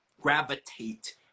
gravitate